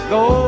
go